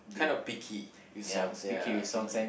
kind of picky this songs ya picky